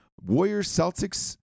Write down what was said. Warriors-Celtics